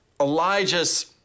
Elijah's